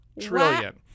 trillion